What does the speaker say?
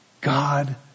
God